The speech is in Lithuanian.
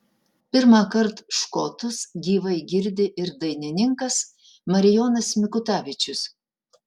pirmąkart škotus gyvai girdi ir dainininkas marijonas mikutavičius